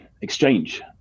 exchange